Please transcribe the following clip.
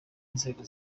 inzego